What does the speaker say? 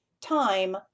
time